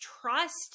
trust